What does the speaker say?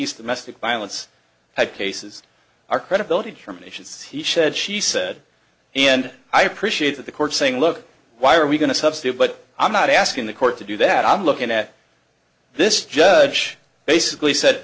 domestic violence cases are credibility determinations he said she said and i appreciate that the court saying look why are we going to substitute but i'm not asking the court to do that i'm looking at this judge basically said